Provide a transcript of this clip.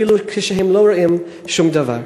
אפילו כשהם לא רואים שום דבר.